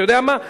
אתה יודע מה?